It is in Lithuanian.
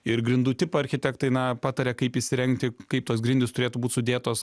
ir grindų tipą architektai na pataria kaip įsirengti kaip tos grindys turėtų būt sudėtos